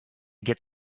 get